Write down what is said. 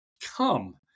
come